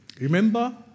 Remember